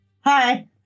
Hi